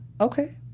Okay